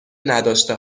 نداشته